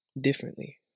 differently